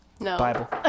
Bible